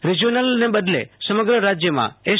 રિજ્યોનલને બદલે સમગ્ર રાજ્યમાં એસ